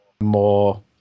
more